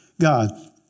God